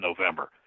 November